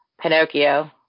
Pinocchio